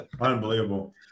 Unbelievable